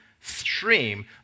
stream